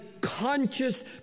conscious